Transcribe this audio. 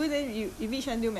serangoon though